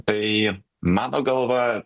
tai mano galva